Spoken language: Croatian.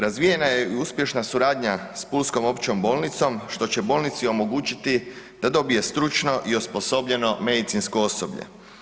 Razvijena je i uspješna suradnja s pulskom općom bolnicom, što će bolnici omogućiti da dobije stručno i osposobljeno medicinsko osoblje.